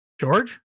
George